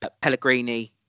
Pellegrini